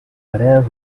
whereas